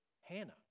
Hannah